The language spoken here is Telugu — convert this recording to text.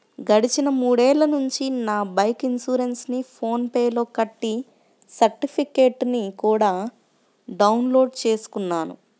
గడిచిన మూడేళ్ళ నుంచి నా బైకు ఇన్సురెన్సుని ఫోన్ పే లో కట్టి సర్టిఫికెట్టుని కూడా డౌన్ లోడు చేసుకుంటున్నాను